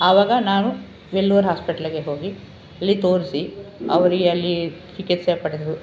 ಆವಾಗ ನಾವು ವೆಲ್ಲೂರ್ ಹಾಸ್ಪೆಟ್ಲಿಗೆ ಹೋಗಿ ಅಲ್ಲಿ ತೋರಿಸಿ ಅವರಿಗೆ ಅಲ್ಲಿ ಚಿಕಿತ್ಸೆ ಪಡೆದರು